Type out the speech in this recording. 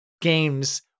games